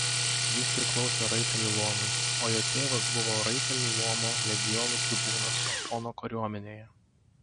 jis priklausė raitelių luomui o jo tėvas buvo raitelių luomo legionų tribūnas otono kariuomenėje